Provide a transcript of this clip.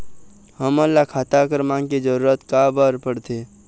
हमन ला खाता क्रमांक के जरूरत का बर पड़थे?